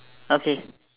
okay